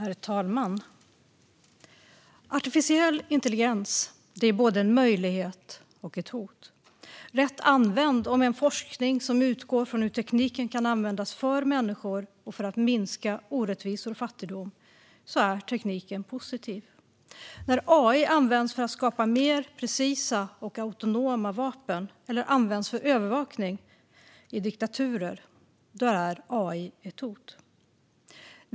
Herr talman! Artificiell intelligens är både en möjlighet och ett hot. Rätt använd och med en forskning som utgår från hur tekniken kan användas för människor och för att minska orättvisor och fattigdom är tekniken positiv. När AI används för att skapa mer precisa och autonoma vapen eller används för övervakning i diktaturer är AI ett hot.